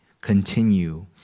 continue